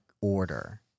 order